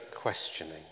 questioning